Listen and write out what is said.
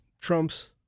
Trump's